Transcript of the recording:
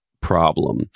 problem